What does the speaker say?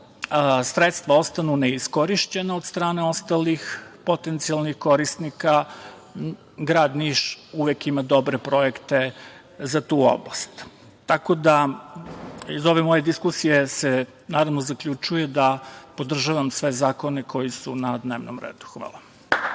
sredstva ostanu neiskorišćena od strane ostalih potencijalanih korisnika, grad Niš uvek ima dobre projekte za tu oblast. Tako da, iz ove moje diskusije se zaključuje naravno da podržavam sve zakone koji su na dnevno redu. Hvala.